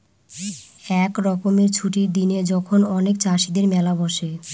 এক রকমের ছুটির দিনে যখন অনেক চাষীদের মেলা বসে